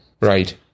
Right